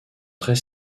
très